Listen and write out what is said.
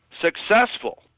successful